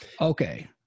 Okay